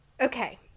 Okay